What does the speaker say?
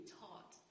taught